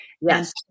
Yes